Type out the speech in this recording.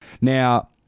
now